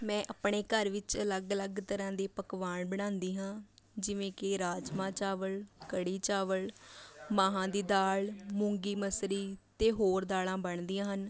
ਮੈਂ ਆਪਣੇ ਘਰ ਵਿੱਚ ਅਲੱਗ ਅਲੱਗ ਤਰ੍ਹਾਂ ਦੀ ਪਕਵਾਨ ਬਣਾਉਂਦੀ ਹਾਂ ਜਿਵੇਂ ਕਿ ਰਾਜਮਾ ਚਾਵਲ ਕੜੀ ਚਾਵਲ ਮਾਹਾਂ ਦੀ ਦਾਲ ਮੂੰਗੀ ਮਸਰੀ ਅਤੇ ਹੋਰ ਦਾਲਾਂ ਬਣਦੀਆਂ ਹਨ